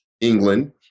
England